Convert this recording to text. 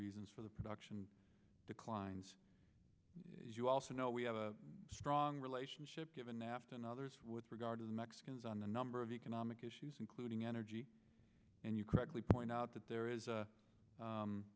reasons for the production decline as you also know we have a strong relationship given nafta and others with regard to the mexicans on the number of economic issues including energy and you correctly point out that there is a